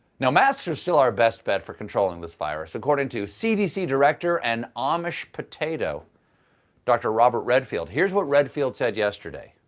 now masks are still our best bet for controlling this virus according to cdc director and amish potatoe dr. robert redfield. here is what redfield said yesterday.